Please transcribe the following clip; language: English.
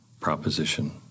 proposition